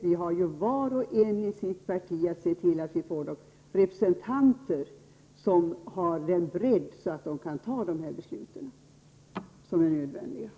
Vi har var och en i våra partier att se till att vi får de representanter som har den bredden att de kan fatta de beslut som är nödvändiga.